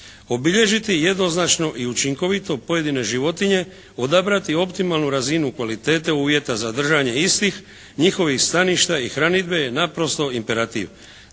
obilježiti jednoznačno i učinkovito pojedine životinje, odabrati optimalnu razinu kvalitete uvjeta za držanje istih, njihovih staništa i hranidbe je naprosto imperativ.